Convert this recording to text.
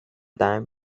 time